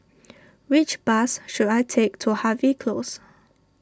which bus should I take to Harvey Close